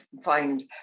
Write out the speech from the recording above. find